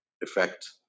effect